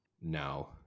No